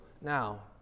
now